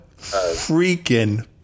freaking